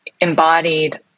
embodied